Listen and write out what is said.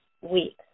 weeks